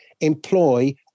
employ